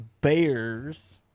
Bears